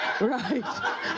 Right